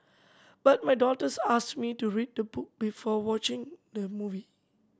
but my daughters asked me to read the book before watching the movie